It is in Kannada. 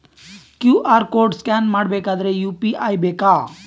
ಕ್ಯೂ.ಆರ್ ಕೋಡ್ ಸ್ಕ್ಯಾನ್ ಮಾಡಬೇಕಾದರೆ ಯು.ಪಿ.ಐ ಬೇಕಾ?